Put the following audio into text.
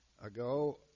Ago